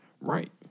Right